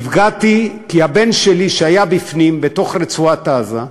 נפגעתי כי הבן שלי, שהיה בפנים, בתוך רצועת-עזה,